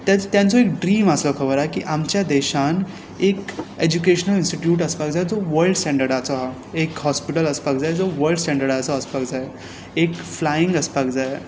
तेच तांचो एक ड्रीम आसा खबर आसा की आमच्या देशान एक एज्युकेश्नल इंस्टिट्यूट आसपाक जाय जो वल्ड स्टँडडाचो आसा एक हॉस्पिटल आसपाक जाय जो वल्ड स्टँडडाचो आसपाक जाय एक फ्लायींग आसपाक जाय